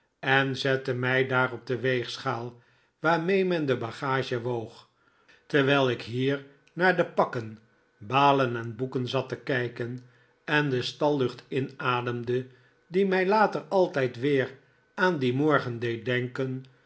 en zette mij daar op de weegschaal waarmee men de bagage woog terwijl ik hier naar de pakken balen en boeken zat te kijken en de stallucht inademde